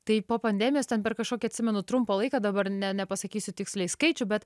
tai po pandemijos ten per kažkokį atsimenu trumpą laiką dabar ne nepasakysiu tiksliai skaičių bet